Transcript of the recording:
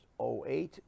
08